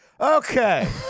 okay